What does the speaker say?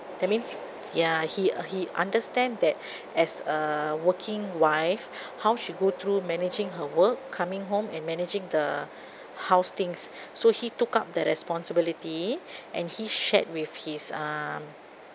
that means ya he uh he understand that as a working wife how she go through managing her work coming home and managing the house things so he took up the responsibility and he shared with his um